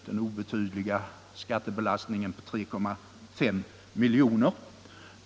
den obetydliga skattebelastningen på 3,5 miljoner.